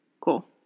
cool